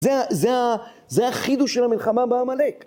זה החידוש של המלחמה בעמלק.